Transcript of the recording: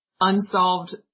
unsolved